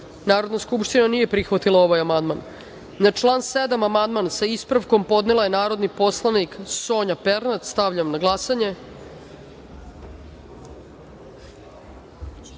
skupština nije prihvatila ovaj amandman. Na član 7. amandman sa ispravkom podnela je narodni poslanik Sonja Pernat. Stavljam na